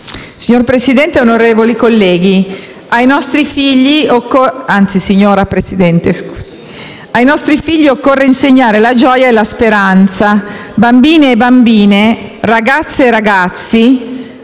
Signora Presidente, onorevoli colleghi, ai nostri figli occorre insegnare la gioia e la speranza. Bambini e bambine, ragazze e ragazzi,